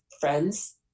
friends